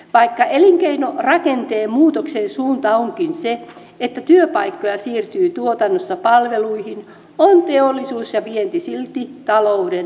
vaikka elinkeinorakenteen muutoksen suunta onkin se että työpaikkoja siirtyy tuotannosta palveluihin on teollisuus ja vienti silti talouden selkäranka